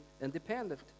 independent